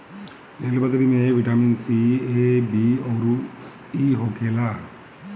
नीलबदरी में vitamin C, A, B अउरी इ होखेला